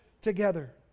together